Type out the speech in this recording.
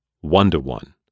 one-to-one